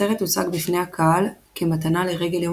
הסרט הוצג בפני הקהל כמתנה לרגל יום